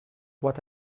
what